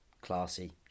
classy